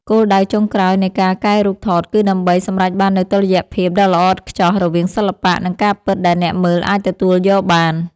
គោលដៅចុងក្រោយនៃការកែរូបថតគឺដើម្បីសម្រេចបាននូវតុល្យភាពដ៏ល្អឥតខ្ចោះរវាងសិល្បៈ និងការពិតដែលអ្នកមើលអាចទទួលយកបាន។